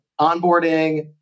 onboarding